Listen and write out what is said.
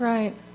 Right